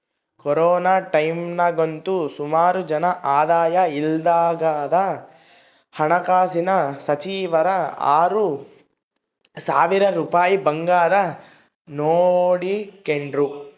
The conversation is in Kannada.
ಕೊರೋನ ಟೈಮ್ನಾಗಂತೂ ಸುಮಾರು ಜನ ಆದಾಯ ಇಲ್ದಂಗಾದಾಗ ಹಣಕಾಸಿನ ಸಚಿವರು ಆರು ಸಾವ್ರ ರೂಪಾಯ್ ಬರಂಗ್ ನೋಡಿಕೆಂಡ್ರು